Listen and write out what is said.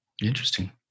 Interesting